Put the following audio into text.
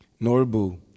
Norbu